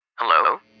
Hello